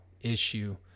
issue